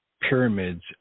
pyramids